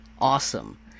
Awesome